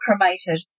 cremated